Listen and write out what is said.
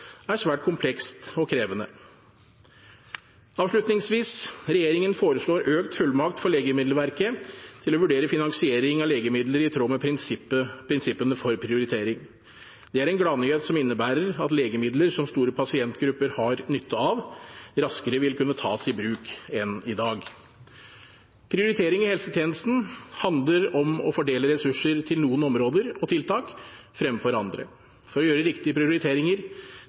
er svært komplekst og krevende. Avslutningsvis: Regjeringen foreslår økt fullmakt for Legemiddelverket til å vurdere finansiering av legemidler i tråd med prinsippene for prioritering. Det er en gladnyhet som innebærer at legemidler som store pasientgrupper har nytte av, raskere vil kunne tas i bruk enn i dag. Prioritering i helsetjenesten handler om å fordele ressurser til noen områder og tiltak fremfor andre. For å gjøre riktige prioriteringer